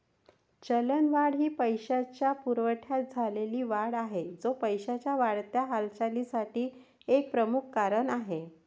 चलनवाढ ही पैशाच्या पुरवठ्यात झालेली वाढ आहे, जो पैशाच्या वाढत्या हालचालीसाठी एक प्रमुख कारण आहे